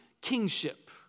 kingship